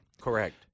Correct